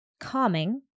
calming